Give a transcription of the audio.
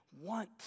want